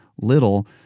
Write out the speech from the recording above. little